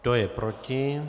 Kdo je proti?